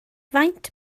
faint